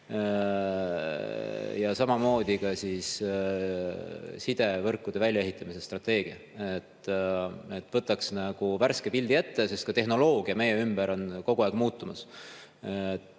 ja samamoodi ka siis sidevõrkude väljaehitamise strateegia. Võtaks värske pildi ette, sest ka tehnoloogia meie ümber on kogu aeg muutumas,